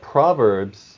Proverbs